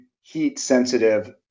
heat-sensitive